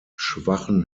schwachen